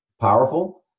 powerful